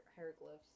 Hieroglyphs